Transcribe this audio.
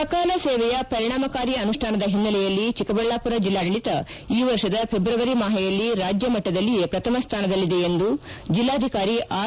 ಸಕಾಲ ಸೇವೆಯ ಪರಿಣಾಮಕಾರಿ ಅನುಷ್ಠಾನದ ಹಿನ್ನೆಲೆಯಲ್ಲಿ ಚಿಕ್ಕಬಳ್ಯಾಪುರ ಜಿಲ್ಲಾಡಳಿತ ಈ ವರ್ಷದ ಫೆಬ್ರವರಿ ಮಾಹೆಯಲ್ಲಿ ರಾಜ್ಯ ಮಟ್ಟದಲ್ಲಿಯೇ ಪ್ರಥಮ ಸ್ಥಾನದಲ್ಲಿದೆ ಎಂದು ಜೆಲ್ಲಾಧಿಕಾರಿ ಆರ್